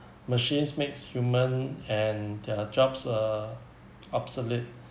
machines makes human and their jobs uh obsolete